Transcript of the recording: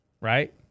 right